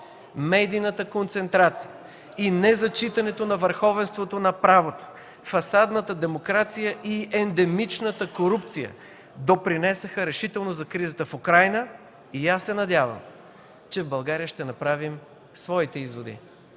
медийната концентрация и незачитането на върховенството на правото, фасадната демокрация и ендемичната корупция допринесоха решително за кризата в Украйна и аз се надявам, че в България ще направим своите изводи!